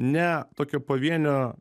ne tokio pavienio